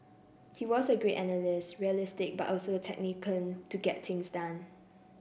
he was a great analyst realistic but also a tactician to get things done